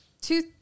two